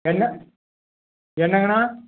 என்ன என்னங்கண்ணா